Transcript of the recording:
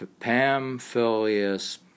Pamphilius